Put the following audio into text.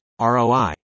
ROI